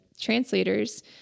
translators